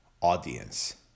audience